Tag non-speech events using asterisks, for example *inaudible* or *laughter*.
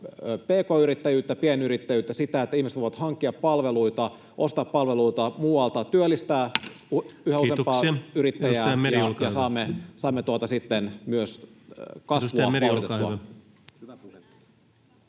pk-yrittäjyyttä, pienyrittäjyyttä ja sitä, että ihmiset voivat hankkia palveluita, ostaa palveluita muualta, *noise* työllistää yhä useampaa yrittäjää, ja saamme sitten myös kasvua